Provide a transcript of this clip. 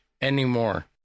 anymore